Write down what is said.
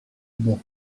bon